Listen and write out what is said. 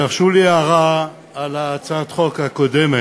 תרשו לי, הערה על הצעת החוק הקודמת.